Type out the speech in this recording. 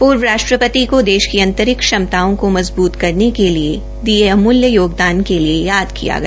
पूर्व राष्ट्रपति को देश की अंतरिक्ष क्षमताओं को मज़बूत करने के लिए दिये अमूल्य योगदान के लिए याद किया गया